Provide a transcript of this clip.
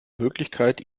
möglichkeit